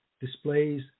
displays